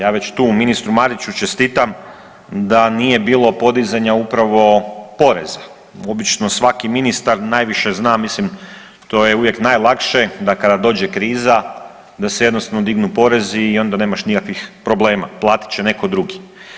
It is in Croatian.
Ja već tu ministru Mariću čestitam da nije bilo podizanja upravo poreza, obično svaki ministar najviše zna mislim to je uvijek najlakše da kada dođe kriza da se jednostavno dignu porezi i onda nemaš nikakvih problema, platit će netko drugi.